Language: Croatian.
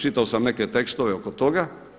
Čitao sam neke tekstove oko toga.